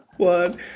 one